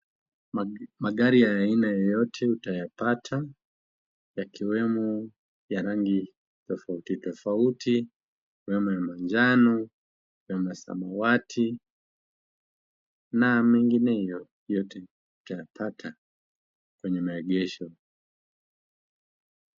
Magari ya aina yoyote utayapata yakiwemo ya rangi tofauti tofauti kama ya manjano, ya samawati na mengineyo yote utayapata kwenye maegesho.